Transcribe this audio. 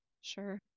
Sure